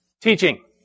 Teaching